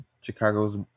Chicago's